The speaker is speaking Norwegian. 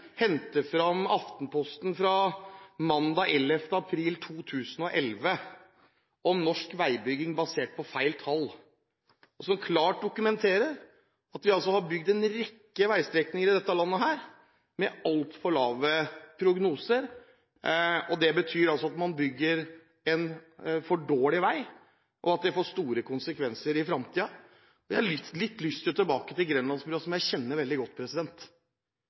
hente fram Aftenposten fra mandag 11. april 2011 om norsk veibygging, basert på feil tall, som klart dokumenterer at vi også har bygd en rekke veistrekninger i dette landet med altfor lave prognoser. Det betyr at man bygger en for dårlig vei, og at det får store konsekvenser i fremtiden. Jeg har lyst til å gå tilbake til Grenlandsbrua, som jeg kjenner veldig godt.